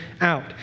out